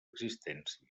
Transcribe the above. existència